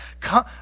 Come